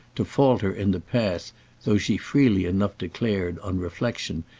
to falter in the path though she freely enough declared, on reflexion,